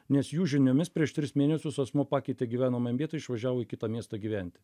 nes jų žiniomis prieš tris mėnesius asmuo pakeitė gyvenamąją vietą išvažiavo į kitą miestą gyventi